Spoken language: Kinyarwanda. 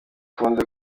kumenya